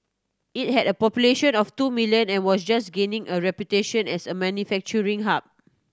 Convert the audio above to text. it had a population of two million and was just gaining a reputation as a manufacturing hub